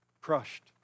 crushed